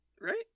right